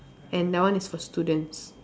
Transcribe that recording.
and that one is for students